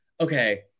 okay